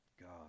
God